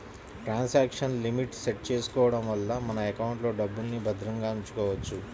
transaction limit set చేసుకోడం వల్ల మన ఎకౌంట్లో డబ్బుల్ని భద్రంగా ఉంచుకోవచ్చు